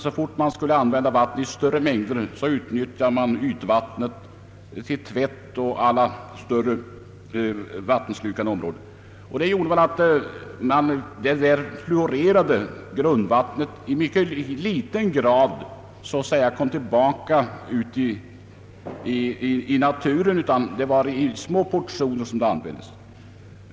Så fort man behövde vatten i större mängder använde man ytvatten. Så skedde vid tvätt och andra större vattenslukande processer. Detta medförde att det fluoriderade grundvattnet i mycket liten grad kom tillbaka ut i naturen eftersom det användes endast i små portioner.